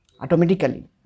automatically